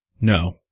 No